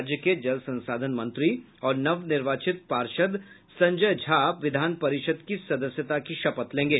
राज्य के जल संसाधन मंत्री और नवनिर्वाचित पार्षद संजय झा विधान परिषद की सदस्यता की शपथ लेगें